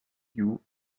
you